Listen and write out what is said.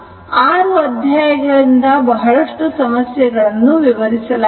6 ಅಧ್ಯಾಯಗಳಿಂದ ಬಹಳಷ್ಟು ಸಮಸ್ಯೆಗಳನ್ನು ವಿವರಿಸಲಾಗಿದೆ